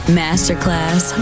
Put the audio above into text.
masterclass